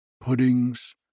puddings